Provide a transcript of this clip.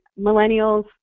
millennials